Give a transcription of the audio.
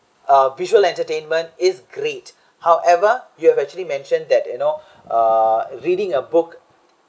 a visual entertainment is great however you have actually mentioned that you know uh reading a book